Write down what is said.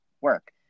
work